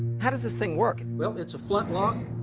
how does this thing work? and well, it's a flintlock.